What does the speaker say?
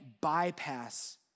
bypass